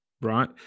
right